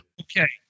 Okay